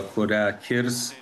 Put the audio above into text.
kurią kirs